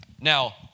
Now